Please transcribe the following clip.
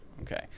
okay